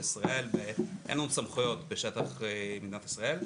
ישראל ואין להם סמכויות בתוך שטח מדינת ישראל,